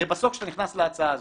הרי בסוף כשאתה נכנס להצעה הזאת,